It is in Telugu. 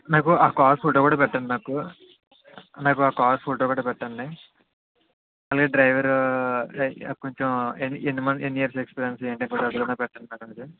నాకు ఆ కార్ ఫోటో కూడా పెట్టండి నాకు నాకు ఆ కార్ ఫోటో కూడా పెట్టండి అలాగే డ్రైవర్ కొంచం ఎన్ని ఇయర్స్ ఎక్స్పీరియన్స్ ఏంటి అని ఆ ఫోటో కూడా పెట్టండి మ్యాడమ్ నాకు